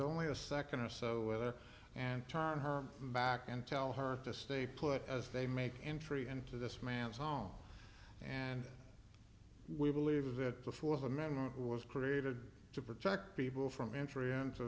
only a second or so weather and time her back and tell her to stay put as they make entry into this man's home and we believe that the fourth amendment was created to protect people from